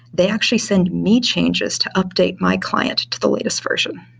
they actually send me changes to update my client to the latest version.